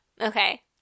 Okay